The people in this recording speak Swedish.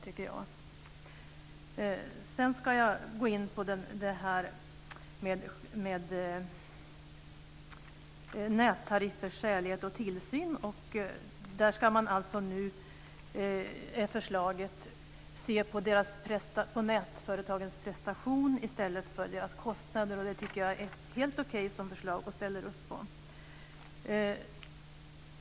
Sedan ska jag gå in på nättariffers skälighet och tillsyn. Förslaget är att man nu ska se på nätföretagens prestation i stället för på deras kostnader. Det tycker jag är helt okej som förslag. Det ställer jag upp på.